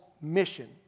mission